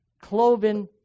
Cloven